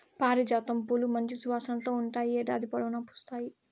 పారిజాతం పూలు మంచి సువాసనతో ఉంటాయి, ఏడాది పొడవునా పూస్తాయి